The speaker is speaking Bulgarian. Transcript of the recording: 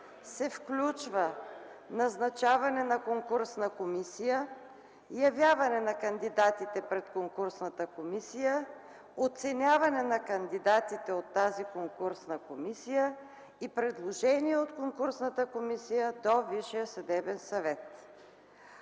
се включва: назначаване на конкурсна комисия, явяване на кандидатите пред конкурсната комисия, оценяване на кандидатите от тази конкурсна комисия и предложение от конкурсната комисия до Висшия